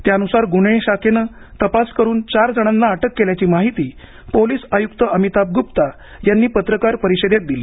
त्यानुसार गुन्हे शाखेने तपास करून चार जणांना अटक केल्याची माहिती पोलीस आयुक्त अमिताभ गुप्ता यांनी पत्रकार परिषदेत दिली